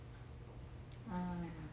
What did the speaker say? uh